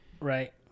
Right